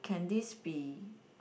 can this be